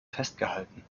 festgehalten